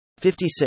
56